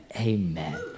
Amen